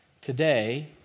today